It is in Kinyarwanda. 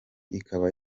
ikaba